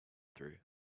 through